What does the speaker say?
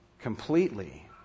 completely